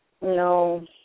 No